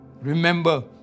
remember